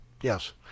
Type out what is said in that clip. Yes